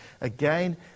again